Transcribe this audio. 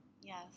Yes